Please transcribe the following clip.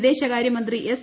വിദേശകാരൃ മന്ത്രി എസ്